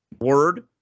word